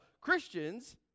Christians